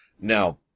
Now